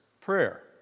prayer